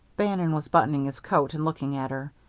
bannon was buttoning his coat, and looking at her.